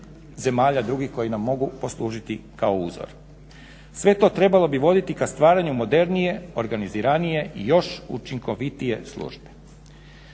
zemalja drugih koje nam mogu poslužiti kao uzor. Sve to trebalo bi voditi ka stvaranju modernije, organiziranije i još učinkovitije službe.